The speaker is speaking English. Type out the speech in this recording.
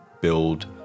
build